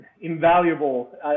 invaluable